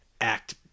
act